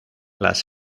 las